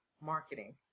marketing